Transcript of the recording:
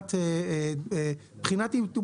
בחינת הימצאותו